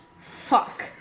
fuck